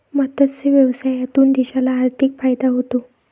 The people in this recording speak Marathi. मत्स्य व्यवसायातून देशाला आर्थिक फायदा होतो